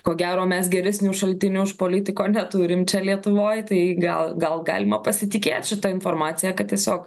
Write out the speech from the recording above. ko gero mes geresnių šaltinių už politiko neturim čia lietuvoj tai gal gal galima pasitikėt šita informacija kad tiesiog